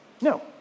No